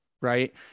right